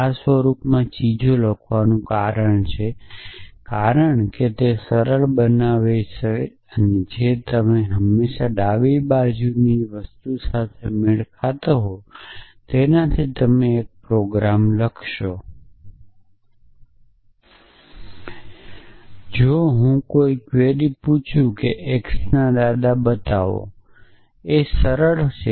આ સ્વરૂપમાં ચીજો લખવાનું કારણ છે કારણ કે તે સરળ બનાવવાનું કાર્ય કરે છે જે તમે હંમેશાં ડાબી બાજુની જે વસ્તુ સાથે મેળ ખાતા હો તેનાથી તમારી પાસે એક પ્રોગ્રામ હોય છે અને જમણી બાજુ તે અનુમાન બનાવવાનું પગલું છે